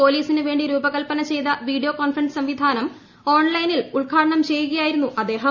പോലീസിന് വേി രൂപകൽപന ചെയ്ത വീഡിയോ കോൺഫറൻസ് സംവിധാനം ഓൺലൈനിൽ ഉദ്ഘാടനം ചെയ്യുകയായിരുന്നു അദ്ദേഹം